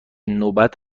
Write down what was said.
نوبت